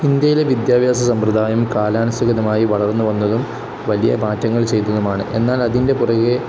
ഇന്ത്യയിലെ വിദ്യാഭ്യാസ സമ്പ്രദായം കാലാനുസൃതമായി വളർന്നുവന്നതും വലിയ മാറ്റങ്ങൾ ചെയ്തതുമാണ് എന്നാൽ അതിൻ്റെ പുറകെ